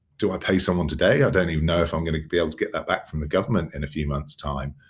do i pay someone today? today? i don't even know if i'm gonna be able to get that back from the government in a few months' time.